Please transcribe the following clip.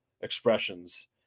expressions